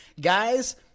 Guys